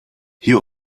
hier